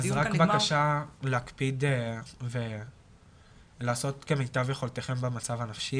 אז רק בקשה להקפיד ולעשות כמיטב יכולתכם במצב הנפשי,